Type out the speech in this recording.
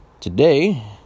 Today